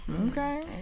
Okay